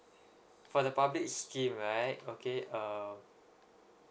for the public scheme right okay um